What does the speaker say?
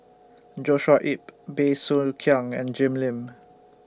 Joshua Ip Bey Soo Khiang and Jim Lim